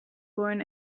born